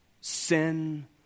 sin